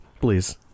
Please